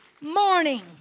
morning